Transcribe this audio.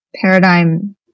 paradigm